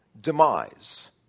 demise